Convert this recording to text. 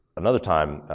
another time,